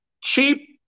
cheap